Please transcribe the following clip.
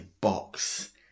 box